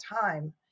time